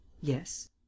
Yes